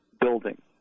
building